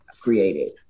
created